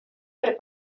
per